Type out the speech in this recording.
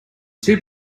two